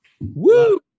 Woo